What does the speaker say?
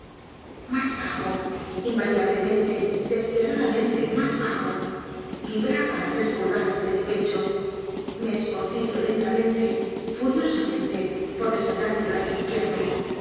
más bajo invariablemente despiadadamente más bajo vibraba á tres pulgadas de mi pecho me esforcé violentamente furiosamente por desatar mi brazo izquierdo